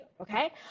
okay